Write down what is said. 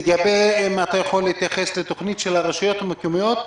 האם אתה יכול להתייחס לתוכנית של הרשויות המקומיות,